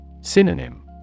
Synonym